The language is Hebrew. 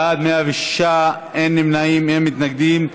בעד, 106, אין נמנעים, אין מתנגדים.